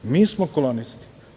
Mi smo kolonisti.